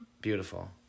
Beautiful